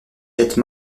jettent